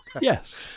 Yes